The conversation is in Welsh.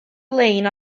lein